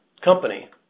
company